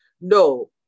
No